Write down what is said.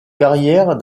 carrière